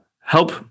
help